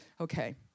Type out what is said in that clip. Okay